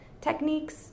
techniques